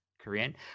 Korean